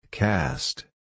Cast